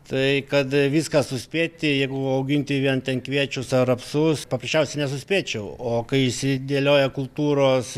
tai kad viską suspėti jeigu auginti vien ten kviečius ar rapsus paprasčiausia nesuspėčiau o kai išsidėlioja kultūros